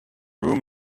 room